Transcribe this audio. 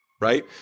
Right